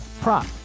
prop